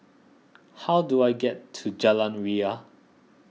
how do I get to Jalan Ria